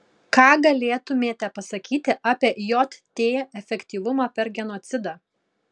ką galėtumėte pasakyti apie jt efektyvumą per genocidą